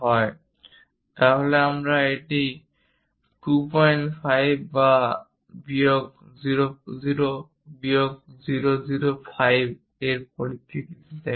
আমরা সাধারণত এটি 25 প্লাস বা বিয়োগ 00 বিয়োগ 005 এর পরিপ্রেক্ষিতে দেখাই